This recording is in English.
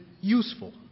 useful